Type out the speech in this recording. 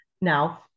now